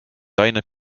ained